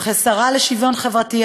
כשרה לשוויון חברתי,